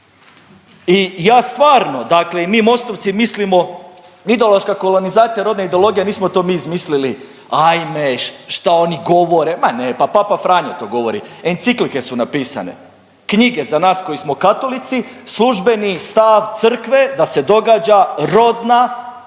I ja stvarno dakle i mi Mostovci mislimo ideološka kolonizacija rodne ideologije, nismo to mi izmislili. Ajme šta oni govore ma ne, pa papa Franjo to govori, enciklike su napisane, knjige za nas koji smo katolici, službeni stav crkve da se događa rodna ideologija